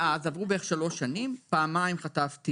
מאז עברו בערך שלוש שנים, פעמיים חטפתי